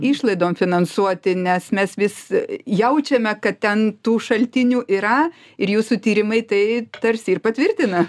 išlaidom finansuoti nes mes vis jaučiame kad ten tų šaltinių yra ir jūsų tyrimai tai tarsi ir patvirtina